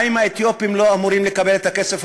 האם האתיופים לא אמורים לקבל את הכספים